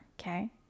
okay